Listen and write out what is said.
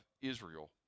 Israel